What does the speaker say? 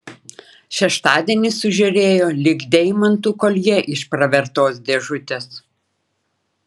šeštadienis sužėrėjo lyg deimantų koljė iš pravertos dėžutės